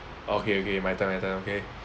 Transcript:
okay okay my turn my turn okay